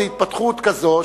היום זו התפתחות כזאת,